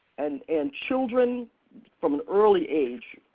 and and children from an early age,